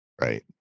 Right